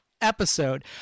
episode